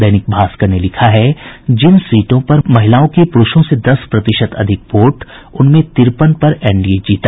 दैनिक भास्कर ने लिखा है जिन सीटों पर महिलाओं को पुरूषों से दस प्रतिशत अधिक वोट उनमें तिरपन पर एनडीए जीता